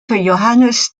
johannes